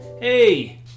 Hey